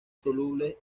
solubles